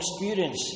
experience